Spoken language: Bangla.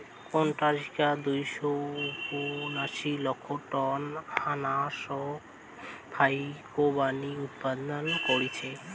কোস্টারিকা দুইশো উনাশি লক্ষ টন আনারস ফাইকবানী উৎপাদন কইরছে